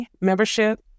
membership